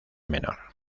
menor